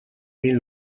mil